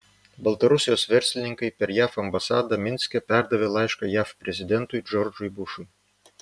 baltarusijos verslininkai per jav ambasadą minske perdavė laišką jav prezidentui džordžui bušui